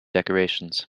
decorations